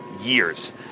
years